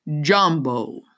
Jumbo